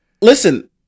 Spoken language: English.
Listen